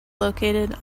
located